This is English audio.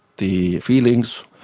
the feelings,